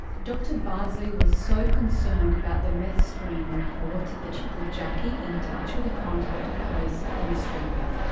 dr bardsley was so concerned about the meth screen report that she put jacki in touch with a contact of hers in australia,